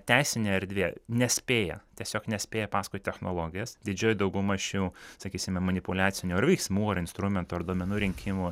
teisinė erdvė nespėja tiesiog nespėja paskui technologijas didžioji dauguma šių sakysime manipuliacinių ar veiksmų ar instrumentų ar duomenų rinkimo